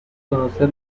conocer